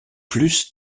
plus